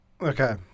okay